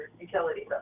utilities